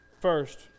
first